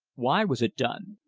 why was it done?